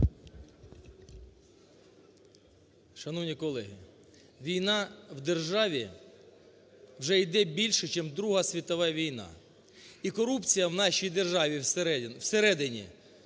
Шановні колеги, війна в державі вже йде більше, чим Друга світова війна. І корупція в нашій державі всередині